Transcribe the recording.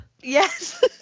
Yes